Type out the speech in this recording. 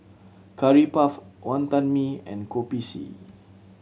Curry Puff Wonton Mee and Kopi C